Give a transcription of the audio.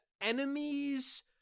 enemies